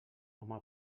home